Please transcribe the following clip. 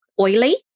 oily